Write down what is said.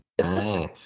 nice